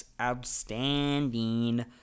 outstanding